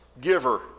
giver